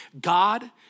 God